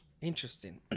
interesting